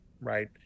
right